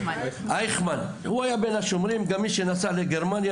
הוא גם היה מי שנסע לגרמניה,